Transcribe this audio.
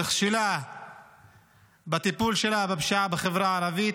נכשלה בטיפול שלה בפשיעה בחברה הערבית,